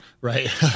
Right